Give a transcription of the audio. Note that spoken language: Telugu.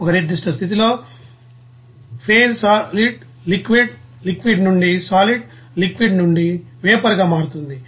ఒక నిర్ధిష్ట స్థితిలో పేజీ సాలిడ్ లిక్విడ్ లిక్విడ్ నుండి సాలిడ్లిక్విడ్ నుండి వేపర్ గా మారుతుంది